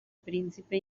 príncipe